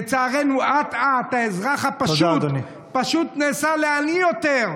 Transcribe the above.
לצערנו אט-אט האזרח הפשוט פשוט נעשה עני יותר.